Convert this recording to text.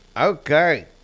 Okay